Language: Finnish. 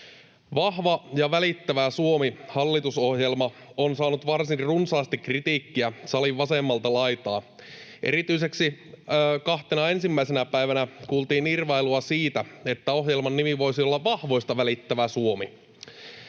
Vahva ja välittävä Suomi ‑hallitusohjelma on saanut varsin runsaasti kritiikkiä salin vasemmalta laidalta. Erityisesti kahtena ensimmäisenä päivänä kuultiin irvailua siitä, että ohjelman nimi voisi olla Vahvoista välittävä Suomi.